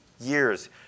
years